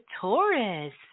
Taurus